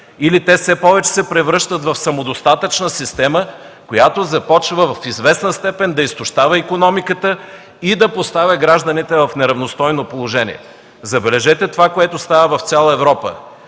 или те все повече се превръщат в самодостатъчна система, която започва в известна степен да изтощава икономиката и да поставя гражданите в неравностойно положение. Забележете това, което става в цяла Европа.